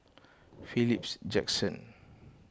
Philips Jackson